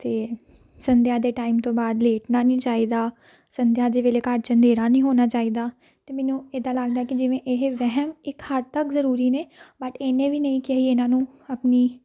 ਅਤੇ ਸੰਧਿਆ ਦੇ ਟਾਈਮ ਤੋਂ ਬਾਅਦ ਲੇਟਣਾ ਨਹੀਂ ਚਾਹੀਦਾ ਸੰਧਿਆ ਦੇ ਵੇਲੇ ਘਰ 'ਚ ਅੰਧੇਰਾ ਨਹੀਂ ਹੋਣਾ ਚਾਹੀਦਾ ਅਤੇ ਮੈਨੂੰ ਇੱਦਾਂ ਲੱਗਦਾ ਕਿ ਜਿਵੇਂ ਇਹ ਵਹਿਮ ਇੱਕ ਹੱਦ ਤੱਕ ਜ਼ਰੂਰੀ ਨੇ ਬਟ ਇੰਨੇ ਵੀ ਨਹੀਂ ਕਿ ਅਸੀਂ ਇਹਨਾਂ ਨੂੰ ਆਪਣੀ